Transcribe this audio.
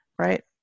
right